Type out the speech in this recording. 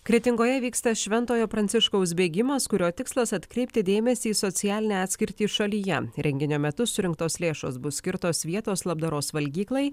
kretingoje vyksta šventojo pranciškaus bėgimas kurio tikslas atkreipti dėmesį į socialinę atskirtį šalyje renginio metu surinktos lėšos bus skirtos vietos labdaros valgyklai